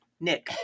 Nick